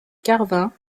carvin